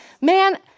Man